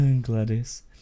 Gladys